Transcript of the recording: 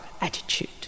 attitude